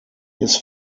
his